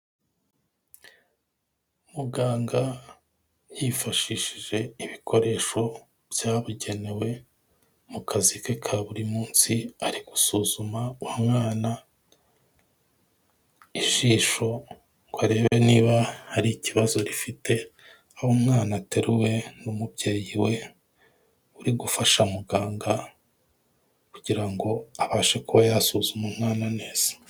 Muganga yifashishije ibikoresho byabugenewe mu kazi ke ka buri munsi, ari gusuzuma umwana ijisho, ngo arebe niba hari ikibazo rifite, aho umwana ateruwe n'umubyeyi we, uri gufasha muganga kugira ngo abashe kuba yasuzuma umwana neza.